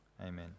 amen